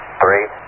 three